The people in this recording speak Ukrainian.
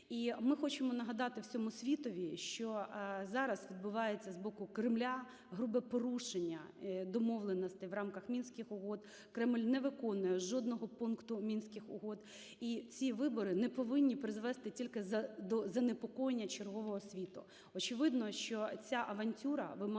І ми хочемо нагадати всьому світові, що зараз відбувається з боку Кремля грубе порушення домовленостей в рамках Мінських угод. Кремль не виконує жодного пункту Мінських угод. І ці вибори не повинні призвести тільки до занепокоєння чергового світу.